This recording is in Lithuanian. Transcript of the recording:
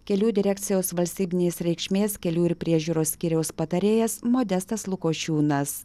kelių direkcijos valstybinės reikšmės kelių ir priežiūros skyriaus patarėjas modestas lukošiūnas